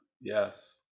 yes